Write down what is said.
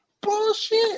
Bullshit